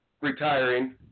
retiring